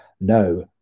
No